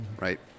right